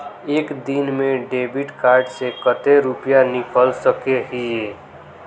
एक दिन में डेबिट कार्ड से कते रुपया निकल सके हिये?